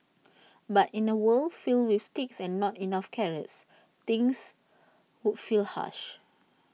but in A world filled with sticks and not enough carrots things would feel harsh